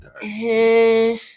Hey